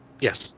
Yes